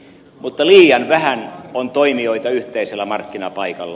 mutta liian vähän on toimijoita yhteisellä markkinapaikalla